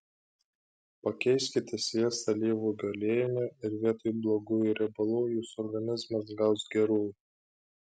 pakeiskite sviestą alyvuogių aliejumi ir vietoj blogųjų riebalų jūsų organizmas gaus gerųjų